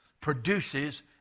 produces